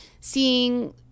seeing